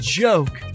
joke